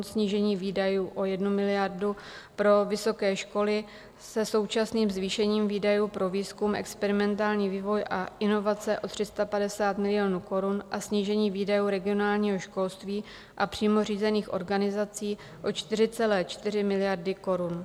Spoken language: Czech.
Snížení výdajů o 1 miliardu pro vysoké školy se současným zvýšením výdajů pro výzkum, experimentální vývoj a inovace o 350 milionů korun a snížení výdajů regionálního školství a přímo řízených organizací o 4,4 miliardy korun.